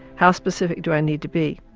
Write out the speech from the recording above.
how specific do i need to be?